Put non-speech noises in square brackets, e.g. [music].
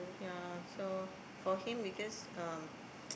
ya so for him because um [noise]